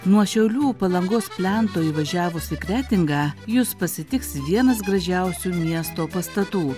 nuo šiaulių palangos plento įvažiavus į kretingą jus pasitiks vienas gražiausių miesto pastatų